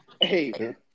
Hey